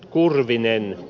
kurvinen ne